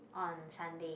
on Sunday